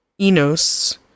Enos